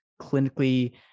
clinically